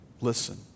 Listen